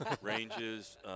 ranges